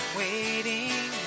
waiting